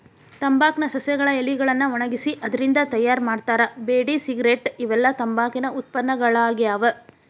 ತಂಬಾಕ್ ನ ಸಸ್ಯಗಳ ಎಲಿಗಳನ್ನ ಒಣಗಿಸಿ ಅದ್ರಿಂದ ತಯಾರ್ ಮಾಡ್ತಾರ ಬೇಡಿ ಸಿಗರೇಟ್ ಇವೆಲ್ಲ ತಂಬಾಕಿನ ಉತ್ಪನ್ನಗಳಾಗ್ಯಾವ